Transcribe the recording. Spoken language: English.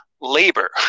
labor